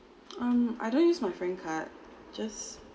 um I don't use my frank card just